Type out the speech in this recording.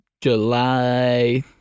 July